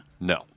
no